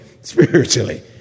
spiritually